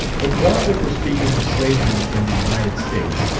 but while they were speaking of slavery in the united states,